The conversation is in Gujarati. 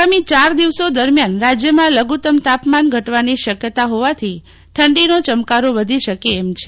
આગામી ચાર દિવસો દરમિયાન રાજયમાં લઘુતમ તાપમા ન ઘટવાની શકયતા હોવાથી ઠંડીનો ચમકારો વધી શકે છે